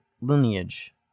lineage